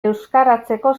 euskaratzeko